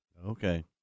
Okay